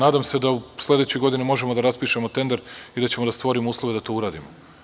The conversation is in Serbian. Nadam se da u sledećoj godini možemo da raspišemo tender i da ćemo da stvorimo uslove da to uradimo.